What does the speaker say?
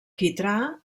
quitrà